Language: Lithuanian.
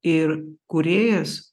ir kūrėjas